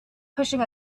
pushing